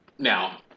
Now